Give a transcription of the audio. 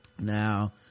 now